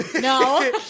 No